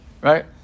right